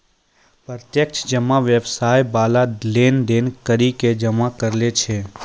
प्रत्यक्ष जमा व्यवसाय बाला लेन देन करि के जमा करै छै